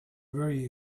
very